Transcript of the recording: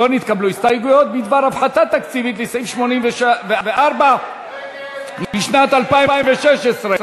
הסתייגויות בדבר הפחתה תקציבית לסעיף 84 לשנת 2016,